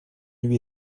lui